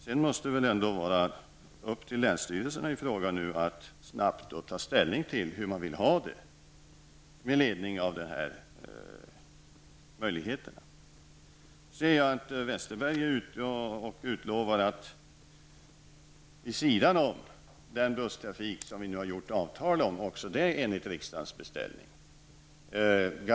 Sedan måste det ändå vara upp till länsstyrelserna att med ledning av dessa möjligheter snabbt ta ställning till hur man vill ha det. Jag ser att Bengt Westerberg utlovar en garanterad fortsatt persontrafik på hela inlandsbanan vid sidan av den busstrafik som vi har träffat avtal om, också det enligt riksdagens beställning.